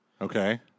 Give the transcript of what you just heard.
Okay